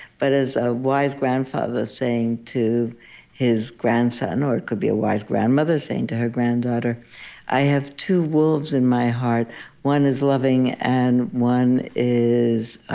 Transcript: but as a wise grandfather saying to his grandson or it could be a wise grandmother saying to her granddaughter granddaughter i have two wolves in my heart one is loving, and one is